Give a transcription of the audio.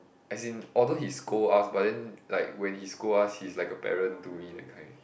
as in although he scold us but then like when he scold us he's like a parent to me that kind